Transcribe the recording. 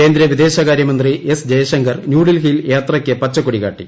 കേന്ദ്ര വിദേശകാര്യമന്ത്രി എസ് ജയ്ശങ്കർ ന്യൂഡൽഹിയിൽ യാത്രയ്ക്ക് പച്ചക്ക്കാടി കാട്ടി